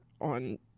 on